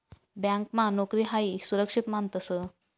ब्यांकमा नोकरी हायी सुरक्षित मानतंस